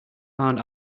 found